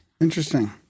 Interesting